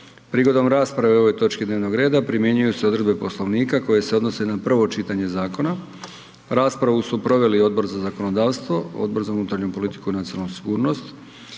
Prigodom rasprave o ovoj točki dnevnog reda primjenjuju se odredbe Poslovnika koje se odnose na prvo čitanje zakona. Raspravu su proveli Odbor za zakonodavstvo, Odbor za unutarnju politiku i nacionalnu sigurnost.